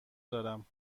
دارم